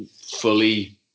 fully